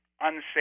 unsafe